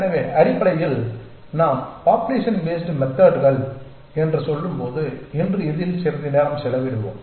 எனவே அடிப்படையில் நாம் பாப்புலேஷன் பேஸ்ட் மெதட்கள் என்று சொல்லும்போது இன்று இதில் சிறிது நேரம் செலவிடுவோம்